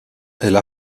elle